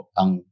ang